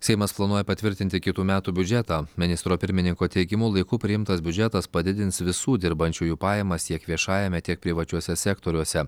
seimas planuoja patvirtinti kitų metų biudžetą ministro pirmininko teigimu laiku priimtas biudžetas padidins visų dirbančiųjų pajamas tiek viešajame tiek privačiuose sektoriuose